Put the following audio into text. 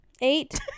eight